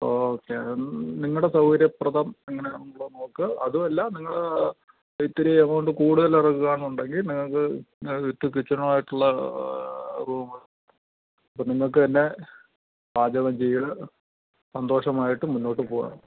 okay നിങ്ങളുടെ സൗകര്യപ്രദം എങ്ങനെയാന്നുള്ളത് നോക്ക് അതുമല്ല നിങ്ങൾ ഇത്തിരി എമൗണ്ട് കൂടുതൽ ഇറക്കണുണ്ടെങ്കിൽ നിങ്ങൾക്ക് വിട് കിച്ചന ആയിട്ടുള്ള റൂമ് അപ്പം നിങ്ങൾക്ക് തന്നെ പാചകം ചെയ്യൽ സന്തോഷമായിട്ട് മുന്നോട്ട് പോകണം